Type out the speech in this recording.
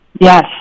Yes